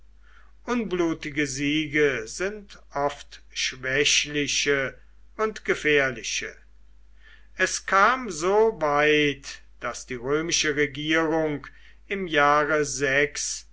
unblutige siege sind oft schwächliche und gefährliche es kam so weit daß die römische regierung im jahre